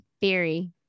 Theory